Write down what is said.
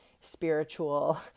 spiritual